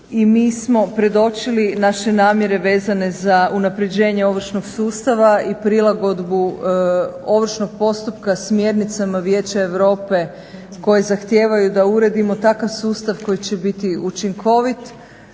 i mi smo predočili naše namjere vezane za unapređenje ovršnog sustava i prilagodbu ovršnog postupka smjernicama Vijeća Europe koje zahtijevaju da uredimo takav sustav koji će biti učinkovit,